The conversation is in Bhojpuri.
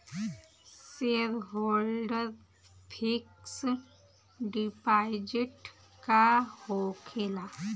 सेयरहोल्डर फिक्स डिपाँजिट का होखे ला?